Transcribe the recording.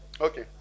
Okay